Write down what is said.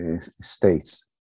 states